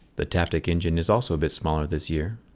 the taptic engine is also a bit smaller this year,